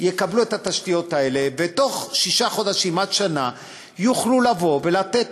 יקבלו את התשתיות האלה ובתוך שישה חודשים עד שנה יוכלו לבוא ולתת